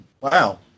Wow